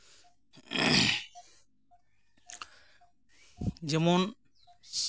ᱡᱮᱢᱚᱱ